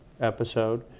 episode